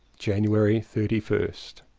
january thirty first.